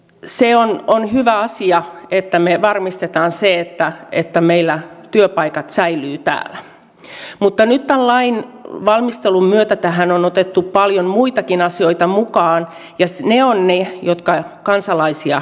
se on hyvä asia että me varmistamme sen että meillä työpaikat säilyvät täällä mutta nyt tämän lain valmistelun myötä tähän on otettu paljon muitakin asioita mukaan ja ne ovat ne jotka kansalaisia huolettavat